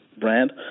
brand